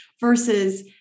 versus